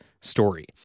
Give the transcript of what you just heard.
story